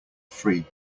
free